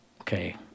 okay